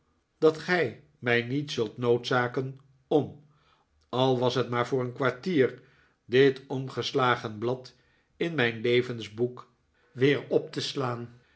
dat gij mij niet zult hoodzaken om al was het maar voor een kwartier dit omgeslagen blad in mijn levensboek weer op te slaan